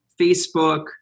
Facebook